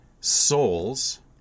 souls